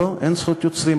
לא, אין זכות יוצרים.